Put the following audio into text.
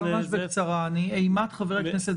חבר הכנסת